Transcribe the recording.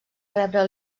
rebre